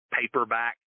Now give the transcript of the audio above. paperback